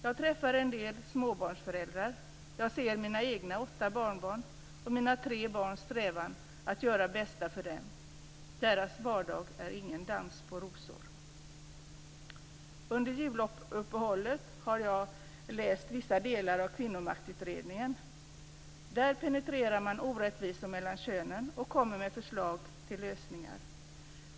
Jag träffar en hel del småbarnsföräldrar. Jag ser mina egna åtta barnbarn och mina tre barns strävan att göra det bästa för dem. Deras vardag är ingen dans på rosor. Under juluppehållet har jag läst delar av Kvinnomaktutredningen. Där penetrerar man orättvisor mellan könen och kommer med förslag till lösningar.